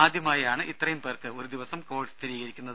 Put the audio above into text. ആദ്യമായാണ് ഇത്രയും പേർക്ക് ഒരു ദിവസം കോവിഡ് സ്ഥിരീകരിക്കുന്നത്